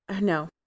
no